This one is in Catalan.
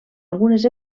algunes